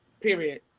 period